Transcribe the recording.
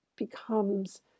Becomes